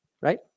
right